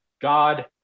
God